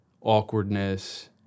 awkwardness